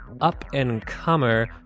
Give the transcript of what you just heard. up-and-comer